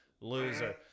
loser